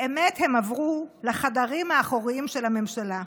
באמת הם עברו לחדרים האחוריים של הממשלה,